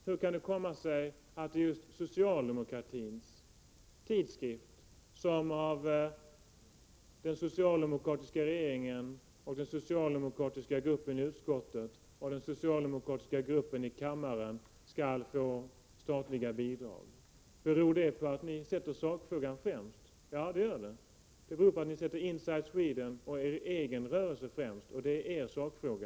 Hur kan det komma sig att det är just socialdemokratins tidskrift som av den socialdemokratiska regeringen, den socialdemokratiska gruppen i utskottet och den socialdemokratiska gruppen i kammaren skall få statligt bidrag? Beror det på att ni sätter sakfrågan främst? Ja, det gör det. Det beror på att ni sätter Inside Sweden och er egen rörelse främst, och det är er sakfråga.